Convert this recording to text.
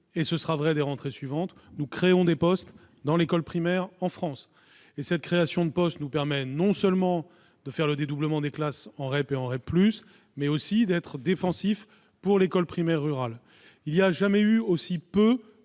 2018, de 2019 et des suivantes, nous créons des postes à l'école primaire en France. Et cette création de postes nous permet non seulement de dédoubler des classes en REP et en REP+, mais aussi de défendre l'école primaire rurale. Il n'y a jamais eu aussi peu